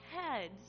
heads